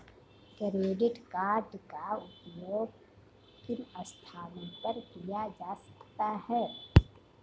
Credit card का उपयोग किन स्थानों पर किया जा सकता है?